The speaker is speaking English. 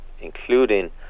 including